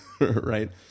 right